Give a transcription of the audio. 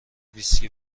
ویسکی